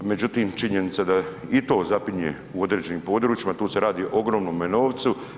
Međutim, činjenica da i to zapinje u određenim područjima, tu se radi o ogromnome novcu.